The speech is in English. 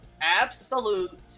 Absolute